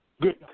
good